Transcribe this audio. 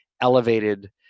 elevated